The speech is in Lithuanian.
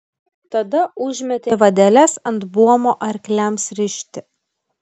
tada užmetė vadeles ant buomo arkliams rišti